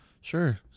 Sure